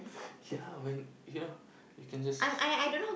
ya when you know you can just